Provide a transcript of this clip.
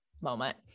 moment